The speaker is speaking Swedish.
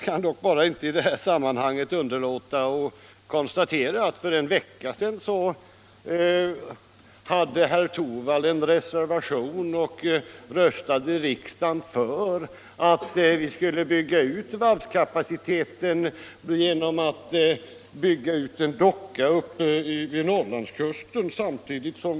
Jag kan bara inte i det här sammanhanget underlåta att konstatera att herr Torwald för en vecka sedan stod bakom en reservation här i riksdagen och röstade för att vi skulle bygga ut varvskapaciteten med en docka uppe vid Norrlandskusten.